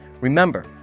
Remember